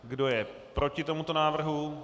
Kdo je proti tomuto návrhu?